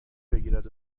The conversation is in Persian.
بگیرد